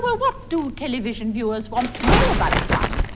what what do television viewers want to know about one?